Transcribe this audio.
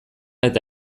eta